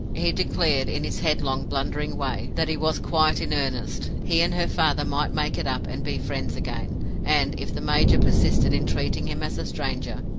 he declared, in his headlong, blundering way, that he was quite in earnest he and her father might make it up and be friends again and, if the major persisted in treating him as a stranger,